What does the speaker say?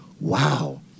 wow